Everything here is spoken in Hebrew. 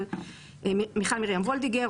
מיכל מרים וולדיגר,